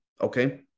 okay